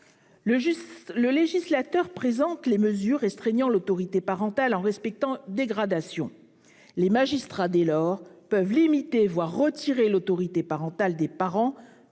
Le législateur présente les mesures restreignant l'autorité parentale en respectant une gradation. Les magistrats, dès lors, peuvent limiter, voire retirer, l'autorité parentale des parents.